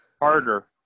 Harder